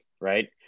right